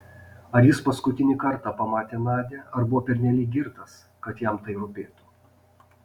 ar jis paskutinį kartą pamatė nadią ar buvo pernelyg girtas kad jam tai rūpėtų